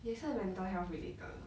也是 mental health related 的